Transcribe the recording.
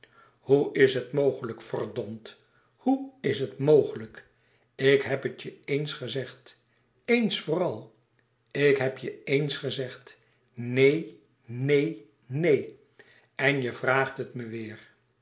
hoe is het mogelijk verdomd hoe is het mogelijk ik heb het je ééns gezegd eens vooral ik heb je ééns gezegd neen neen neen en je vraagt het me weêr